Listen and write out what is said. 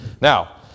Now